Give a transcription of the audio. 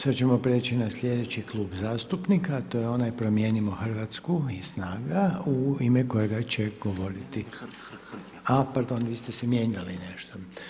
Sada ćemo prijeći na sljedeći klub zastupnika, a to je onda Promijenimo Hrvatsku i SNAGA u ime kojega će govoriti pardon vi ste se mijenjali nešto.